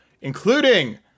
including